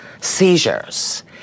seizures